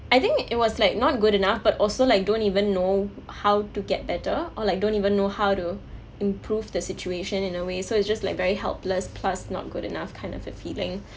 I think it was like not good enough but also like don't even know how to get better or like don't even know how to improve the situation in a way so it's just like very helpless plus not good enough kind of a feeling